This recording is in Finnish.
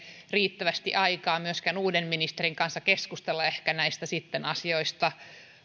riittävästi aikaa myöskään uuden ministerin kanssa keskustella näistä asioista